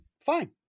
fine